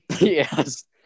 Yes